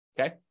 okay